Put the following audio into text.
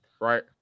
right